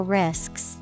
risks